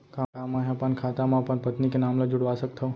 का मैं ह अपन खाता म अपन पत्नी के नाम ला जुड़वा सकथव?